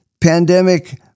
Pandemic